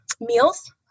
meals